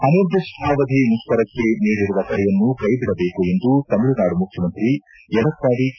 ಅನಿರ್ದಿಷ್ಠಾವಧಿ ಮುಷ್ಕರಕ್ಷೆ ನೀಡಿರುವ ಕರೆಯನ್ನು ಕೈಬಿಡಬೇಕು ಎಂದು ತಮಿಳುನಾಡು ಮುಖ್ಯಮಂತ್ರಿ ಎಡಪ್ಪಾಡಿ ಕೆ